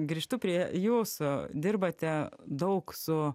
grįžtu prie jūsų dirbate daug su